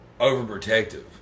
overprotective